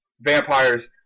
vampires